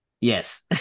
Yes